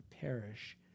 perish